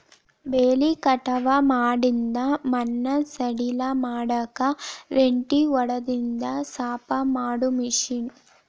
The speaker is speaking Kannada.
ಬೆಳಿ ಕಟಾವ ಮಾಡಿಂದ ಮಣ್ಣ ಸಡಿಲ ಮಾಡಾಕ ರೆಂಟಿ ಹೊಡದಿಂದ ಸಾಪ ಮಾಡು ಮಿಷನ್